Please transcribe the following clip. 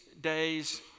days